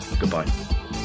goodbye